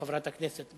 חברת הכנסת.